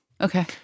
Okay